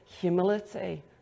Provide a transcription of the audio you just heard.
humility